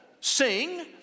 sing